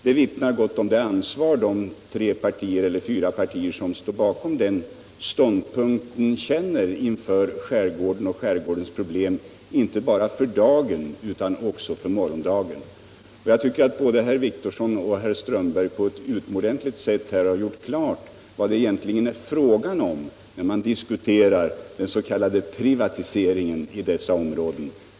Detta vittnar gott om det ansvar som de fyra partier som står bakom den ståndpunkten känner inför skärgården och dess problem, inte bara för dagen utan också för morgondagen. Jag tycker att både herr Wictorsson och herr Strömberg i Botkyrka på ett utomordentligt sätt här har klargjort vad det egentligen är fråga om när man diskuterar den s.k. privatiseringen av dessa områden.